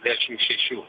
septyniasdešimt šešių